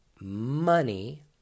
money